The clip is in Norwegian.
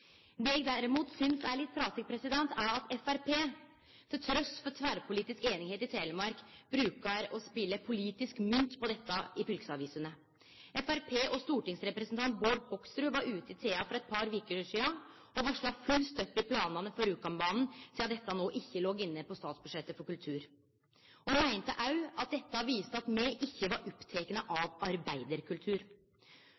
Det eg derimot synest er litt trasig, er at Framstegspartiet, trass i tverrpolitisk einigheit i Telemark, spelar politisk mynt på dette i fylkesavisene. Framstegspartiet og stortingsrepresentant Bård Hoksrud var ute i Telemark Arbeiderblad for eit par veker sidan og varsla full stopp i planane for Rjukanbanen sidan dette no ikkje låg inne på statsbudsjettet for kultur. Han meinte òg at dette viste at me ikkje var opptekne